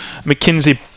McKinsey